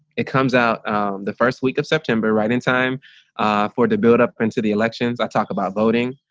it comes out the first week of september right in time for the build up into the elections. i talked about voting,